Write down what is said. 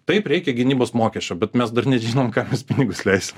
taip reikia gynybos mokesčio bet mes dar nežinom kam mes pinigus leisim